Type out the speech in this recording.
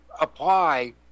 apply